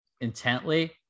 intently